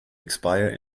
expire